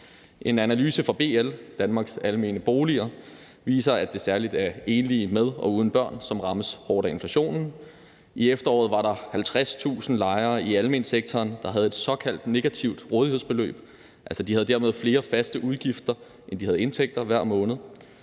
En analyse fra BL, Danmarks Almene Boliger, viser, at det særlig er enlige med og uden børn, som rammes hårdt af inflationen. I efteråret var der 50.000 lejere i almensektoren, der havde et såkaldt negativt rådighedsbeløb – altså, de havde dermed flere faste udgifter, end de havde indtægter, hver måned.